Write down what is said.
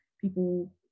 people